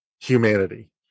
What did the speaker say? Humanity